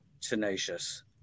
tenacious